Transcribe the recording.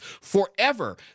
forever